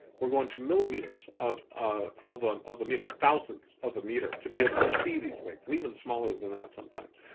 we're going to millimeters of ah of um a meter. thousandths of a meter to be able to see these things. and even smaller than that sometimes.